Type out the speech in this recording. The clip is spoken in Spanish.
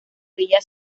orilla